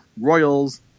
Royals